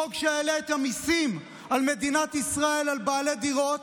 חוק שיעלה את המיסים במדינת ישראל לבעלי דירות,